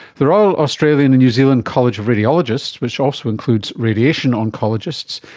the royal australian and new zealand college of radiologists, which also includes radiation oncologists,